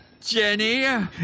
Jenny